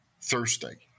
Thursday